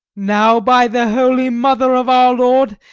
now, by the holy mother of our lord,